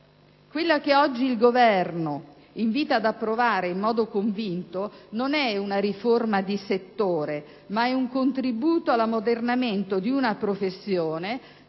Quella che oggi il Governo invita ad approvare in modo convinto non è una riforma di settore, ma un contributo all'ammodernamento di una professione